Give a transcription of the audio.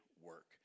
work